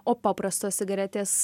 o paprastos cigaretės